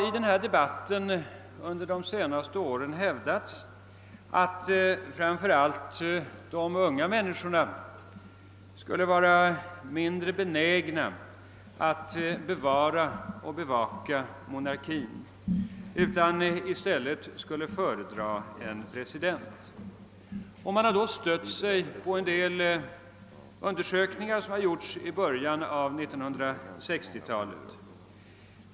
I debatten under de senaste åren har hävdats att framför allt de unga människorna skulle vara mindre benägna att bevara och bevaka monarkin och att de i stället skulle föredra en president. Man har då stött sig på en del undersökningar som gjorts i början av 1960-talet.